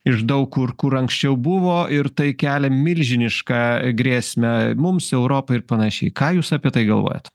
iš daug kur kur anksčiau buvo ir tai kelia milžinišką grėsmę mums europai ir panašiai ką jūs apie tai galvojat